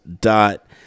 dot